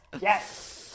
Yes